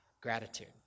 gratitude